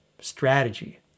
Strategy